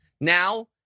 Now